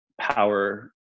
power